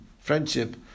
friendship